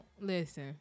listen